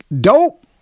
Dope